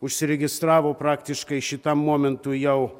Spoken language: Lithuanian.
užsiregistravo praktiškai šitam momentui jau